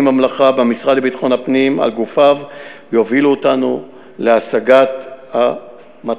במלאכה במשרד לביטחון הפנים על גופיו יובילו אותנו להשגת המטרות.